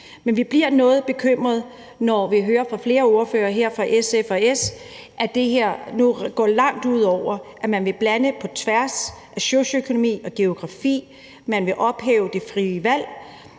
Men vi bliver noget bekymrede, når vi hører fra flere ordførere, her fra SF og S, at de vil gå langt ud over det her og vil blande på tværs af socioøkonomi og geografi. Man vil ophæve det frie valg,